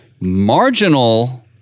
Marginal